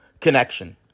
connection